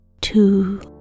two